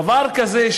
דבר כזה,